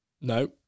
No